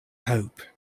hope